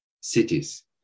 cities